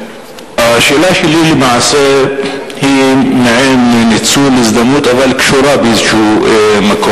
השאלה שלי היא למעשה מעין ניצול הזדמנות אבל קשורה באיזה מקום.